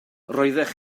roeddech